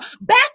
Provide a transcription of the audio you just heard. back